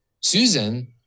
Susan